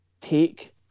take